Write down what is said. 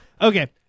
Okay